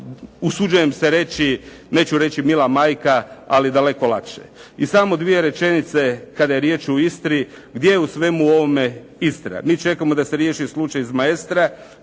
usuđujem se reći, neću reći mila majka, ali daleko lakše. I samo dvije rečenice kada je riječ o Istri. Gdje je u svemu ovome Istra? Mi čekamo da se riješi slučaj iz "Maestra"